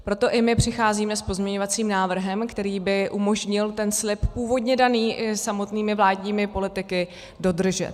Proto i my přicházíme s pozměňovacím návrhem, který by umožnil ten slib původně daný i samotnými vládními politiky dodržet.